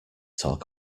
talk